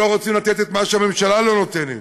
לא רוצים לתת את מה שהממשלה לא נותנת.